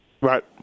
Right